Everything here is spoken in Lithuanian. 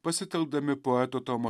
pasitelkdami poeto tomo